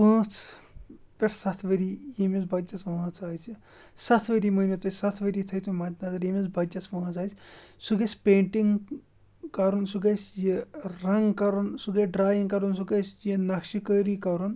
پٲنٛژھ پٮ۪ٹھ سَتھ ؤری ییٚمِس بَچَس وٲنٛس آسہِ سَتھ ؤری مٲنِو تُہۍ سَتھ ؤری تھٔوۍ تُہۍ مَدِ نظر ییٚمِس بَچَس وٲنٛس آسہِ سُہ گژھِ پینٹِنٛگ کَرُن سُہ گژھِ یہِ رنٛگ کَرُن سُہ گژھِ ڈرٛایِنٛگ کَرُن سُہ گژھِ یہِ نقشِہ کٲری کَرُن